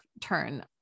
turn